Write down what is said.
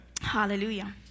Hallelujah